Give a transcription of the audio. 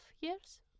years